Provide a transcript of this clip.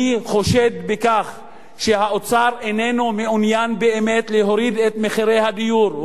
אני חושד שהאוצר איננו מעוניין באמת להוריד את מחירי הדיור,